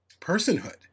personhood